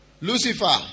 Lucifer